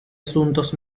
asuntos